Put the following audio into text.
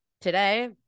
Today